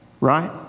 right